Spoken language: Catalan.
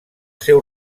seu